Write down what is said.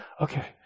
okay